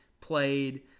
played